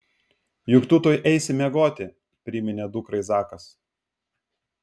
juk tu tuoj eisi miegoti priminė dukrai zakas